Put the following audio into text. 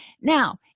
now